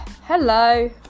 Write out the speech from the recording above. Hello